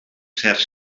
certs